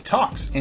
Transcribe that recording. Talks